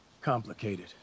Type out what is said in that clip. complicated